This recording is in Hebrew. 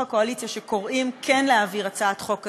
הקואליציה שקוראים כן להעביר הצעת חוק כזו,